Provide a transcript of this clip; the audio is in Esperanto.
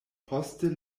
poste